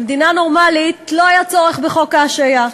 במדינה נורמלית לא היה צורך בחוק ההשעיה,